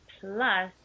plus